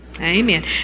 Amen